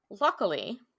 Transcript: Luckily